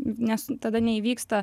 nes tada neįvyksta